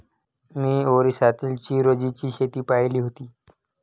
मी ओरिसातील चिरोंजीची शेती पाहिली होती